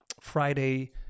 Friday